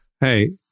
Hey